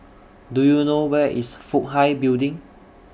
Do YOU know Where IS Fook Hai Building